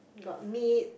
got meat